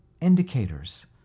indicators